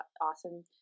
awesome